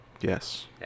Yes